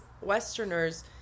Westerners